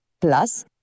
Plus